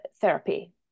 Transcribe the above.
therapy